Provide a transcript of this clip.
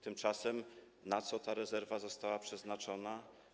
Tymczasem na co ta rezerwa została przeznaczona?